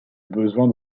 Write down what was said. besoin